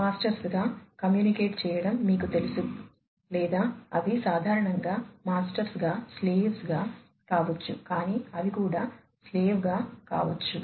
masters గా communicate చేయడం మీకు తెలుసు లేదా అవి సాధారణంగా మాస్టర్స్ గా స్లేవ్ గా కావచ్చు కాని అవి కూడా స్లేవ్ గా కావచ్చు